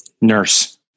nurse